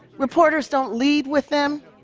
reporters don't lead with them,